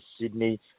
Sydney